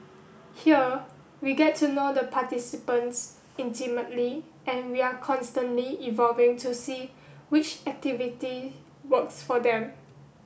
here we get to know the participants intimately and we are constantly evolving to see which activity works for them